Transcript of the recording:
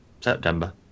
September